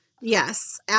Yes